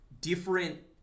Different